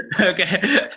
Okay